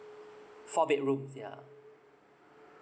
four bedrooms yeah